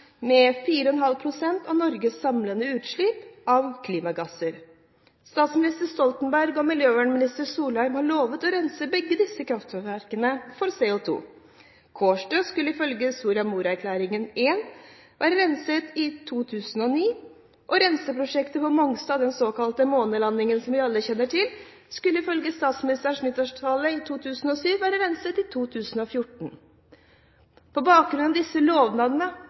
med 4,5 pst. av Norges samlede utslipp av klimagasser. Statsminister Stoltenberg og miljøvernminister Solheim har lovet å rense begge disse kraftverkene for CO2. Kårstø skulle ifølge Soria Moria-erklæringen I vært renset i 2009. Renseprosjektet på Mongstad, den såkalte månelandingen som vi alle kjenner til, skulle ifølge statsministerens nyttårstale i 2007 være renset i 2014. På bakgrunn av disse lovnadene